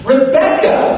Rebecca